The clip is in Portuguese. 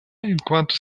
enquanto